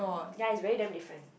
ya it's very damn different